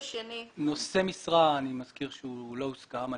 נושא משרה, אני מכיר שהוא לא הוסכם.